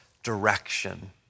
direction